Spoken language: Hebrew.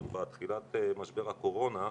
עוד בתחילת משבר הקורונה,